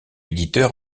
éditeur